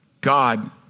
God